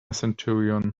centurion